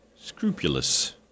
scrupulous